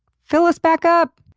fill us back up,